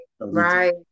right